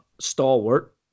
stalwart